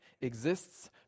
exists